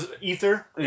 ether